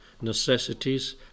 necessities